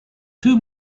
two